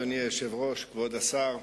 אדוני היושב-ראש, כבוד השר,